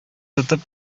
тотып